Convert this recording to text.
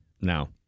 No